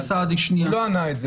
הוא לא ענה את זה,